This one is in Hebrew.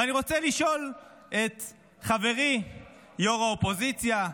ואני רוצה לשאול את חברי יו"ר הקואליציה,